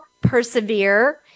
persevere